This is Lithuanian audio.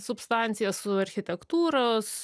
substancija su architektūros